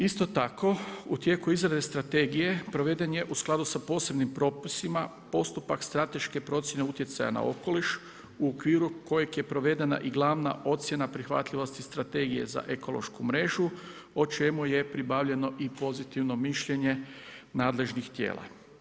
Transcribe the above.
Isto tako u tijeku izrade strategije proveden je u skladu sa posebnim propisima postupak strateške procjene utjecaja na okoliš u okviru kojeg je provedena i glavna ocjena prihvatljivosti Strategije za ekološku mrežu o čemu je pribavljeno i pozitivno mišljenje nadležnih tijela.